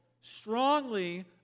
strongly